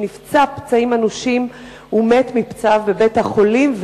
הוא נפצע פצעים אנושים ומת מפצעיו בבית-החולים,